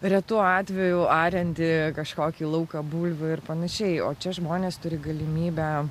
retu atveju ariantį kažkokį lauką bulvių ir panašiai o čia žmonės turi galimybę